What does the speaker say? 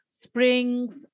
springs